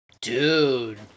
Dude